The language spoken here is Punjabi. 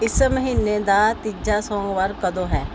ਇਸ ਮਹੀਨੇ ਦਾ ਤੀਜਾ ਸੋਮਵਾਰ ਕਦੋਂ ਹੈ